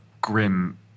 grim